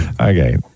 Okay